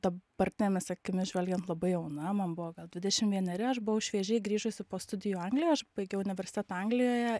dabartinėmis akimis žvelgiant labai jauna man buvo gal dvidešim vieneri aš buvau šviežiai grįžusi po studijų anglijoj aš baigiau universitetą anglijoje